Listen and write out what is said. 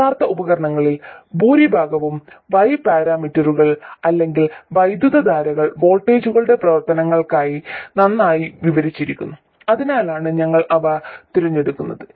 യഥാർത്ഥ ഉപകരണങ്ങളിൽ ഭൂരിഭാഗവും y പാരാമീറ്ററുകൾ അല്ലെങ്കിൽ വൈദ്യുതധാരകൾ വോൾട്ടേജുകളുടെ പ്രവർത്തനങ്ങളായി നന്നായി വിവരിച്ചിരിക്കുന്നു അതിനാലാണ് ഞങ്ങൾ അവ തിരഞ്ഞെടുക്കുന്നത്